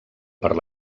per